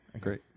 Great